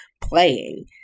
playing